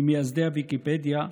ממייסדי הוויקיפדיה,